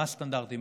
מה הסטנדרטים,